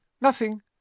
nothing